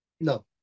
No